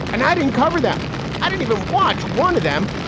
and i didn't cover them i didn't even watch one of them.